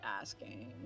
asking